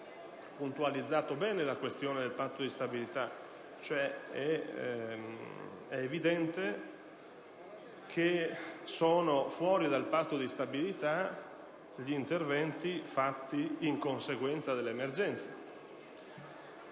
puntualizzato bene la questione del Patto di stabilità: è evidente che sono fuori dal Patto di stabilità gli interventi fatti in conseguenza dell'emergenza.